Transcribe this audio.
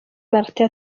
martin